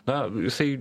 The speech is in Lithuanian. na jisai